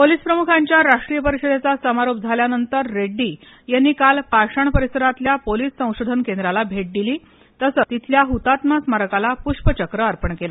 police प्रमुखांच्या राष्ट्रीय परिषदेचा समारोप झाल्यानंतर रेड्डी यांनी काल पाषाण परिसरातल्या पोलीस संशोधन केंद्राला भेट दिली तसंच तिथल्या हतात्मा स्मारकाला पृष्पचक्र अर्पण केलं